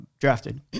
drafted